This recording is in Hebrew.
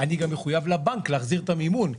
אני גם מחויב לבנק להחזיר את המימון,